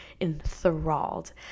enthralled